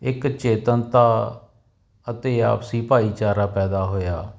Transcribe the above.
ਇੱਕ ਚੇਤਨਤਾ ਅਤੇ ਆਪਸੀ ਭਾਈਚਾਰਾ ਪੈਦਾ ਹੋਇਆ